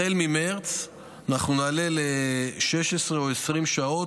החל ממרץ אנחנו נעלה ל-16 או 20 שעות